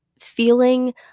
feeling